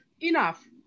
enough